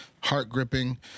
heart-gripping